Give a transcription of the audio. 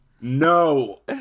No